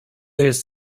jest